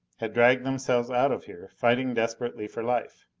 had dragged themselves out of here, fighting desperately for life.